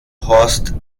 horst